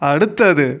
அடுத்தது